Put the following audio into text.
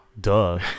Duh